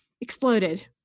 exploded